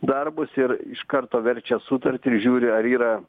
darbus ir iš karto verčia sutartį ir žiūri ar yra